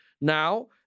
now